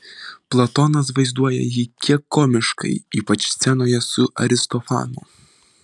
platonas vaizduoja jį kiek komiškai ypač scenoje su aristofanu